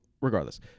Regardless